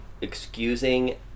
excusing